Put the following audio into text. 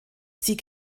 sie